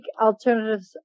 alternatives